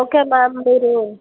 okay ma'am మీరు